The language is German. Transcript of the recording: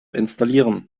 installieren